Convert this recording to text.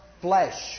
flesh